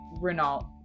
Renault